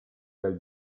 del